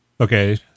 Okay